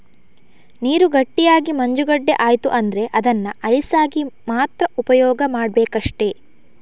ನೀರು ಗಟ್ಟಿಯಾಗಿ ಮಂಜುಗಡ್ಡೆ ಆಯ್ತು ಅಂದ್ರೆ ಅದನ್ನ ಐಸ್ ಆಗಿ ಮಾತ್ರ ಉಪಯೋಗ ಮಾಡ್ಬೇಕಷ್ಟೆ